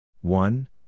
One